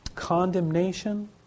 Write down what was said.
condemnation